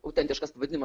autentiškas pavadinimas